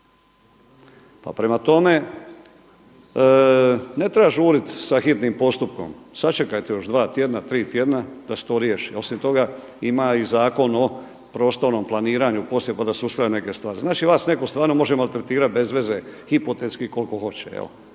Pa prema tome, ne treba žuriti sa hitnim postupkom, sačekajte još dva, tri tjedna da se to riješi. Osim toga ima i Zakon o prostornom planiranju poslije pa da se usklade neke stvari. Znači vas neko stvarno može maltretirati bez veze hipotetski koliko hoće.